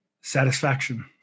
satisfaction